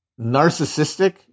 narcissistic